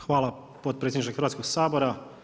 Hvala potpredsjedniče Hrvatskog sabora.